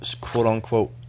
quote-unquote